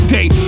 Day